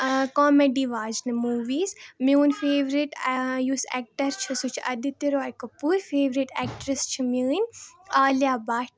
comedy واجنہِ movies میون favourite یُس ایٚکٹَر چھُ سُہ چھُ اَدِتیہِ راے کپوٗر فیورِٹ ایٚکٹریٚس چھِ میٲنۍ عالِیا بٹھ